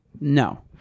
no